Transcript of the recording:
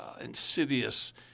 insidious